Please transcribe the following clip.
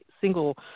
single